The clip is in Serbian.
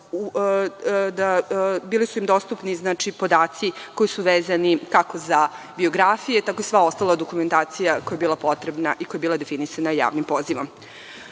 i bili su im dostupni podaci koji su vezani kako za biografije, tako i sva ostala dokumentacija koja je bila potrebna i koja je bila definisana javnim pozivom. Danas